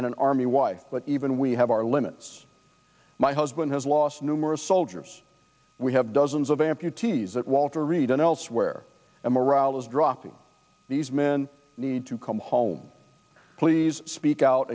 and an army wife but even we have our limits my husband has lost numerous soldiers we have dozens of amputees at walter reed and elsewhere and morale is dropping these men need to come home please speak out